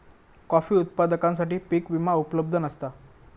coffee उत्पादकांसाठी पीक विमा उपलब्ध नसता